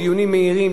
דיונים מהירים,